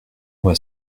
moi